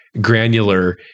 granular